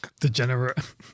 Degenerate